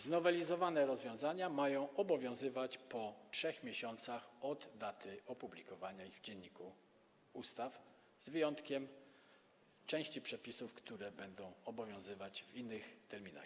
Znowelizowane rozwiązania mają obowiązywać po 3 miesiącach od daty opublikowania ich w Dzienniku Ustaw, z wyjątkiem części przepisów, które zaczną obowiązywać w innych terminach.